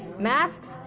masks